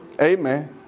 Amen